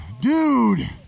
dude